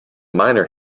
minor